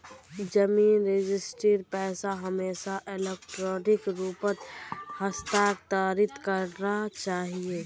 जमीन रजिस्ट्रीर पैसा हमेशा इलेक्ट्रॉनिक रूपत हस्तांतरित करना चाहिए